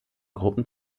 gruppen